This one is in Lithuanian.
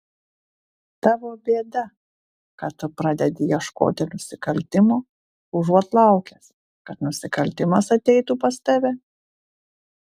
tavo bėda kad tu pradedi ieškoti nusikaltimo užuot laukęs kad nusikaltimas ateitų pas tave